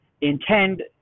intend